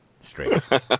straight